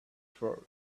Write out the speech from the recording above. for